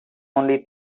only